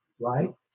right